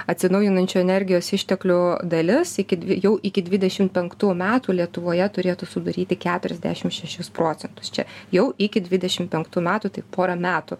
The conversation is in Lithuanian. atsinaujinančių energijos išteklių dalis iki dvi jau iki dvidešimt penktų metų lietuvoje turėtų sudaryti keturiasdešimt šešis procentus čia jau iki dvidešimt penktų metų tik porą metų